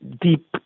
Deep